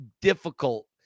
difficult